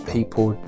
People